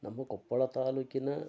ನಮ್ಮ ಕೊಪ್ಪಳ ತಾಲೂಕಿನ